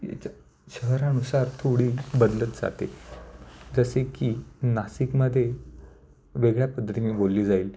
याच्या शहरानुसार थोडी बदलत जाते जसे की नाशिकमध्ये वेगळ्या पद्धतीने बोलली जाईल